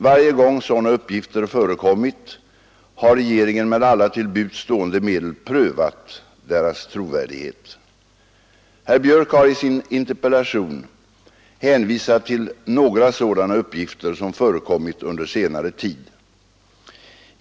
Varje gång sådana uppgifter förekommit har regeringen med alla till buds stående medel prövat deras trovärdighet. Herr Björck har i sin interpellation hänvisat till några sådana uppgifter som förekommit under senare tid.